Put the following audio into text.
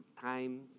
time